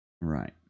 Right